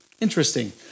interesting